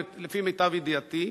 לפי מיטב ידיעתי.